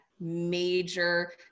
major